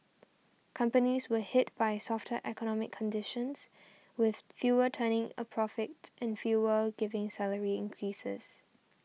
companies were hit by softer economic conditions with fewer turning a profit and fewer giving salary increases